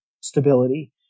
stability